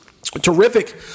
Terrific